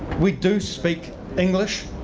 we do speak english,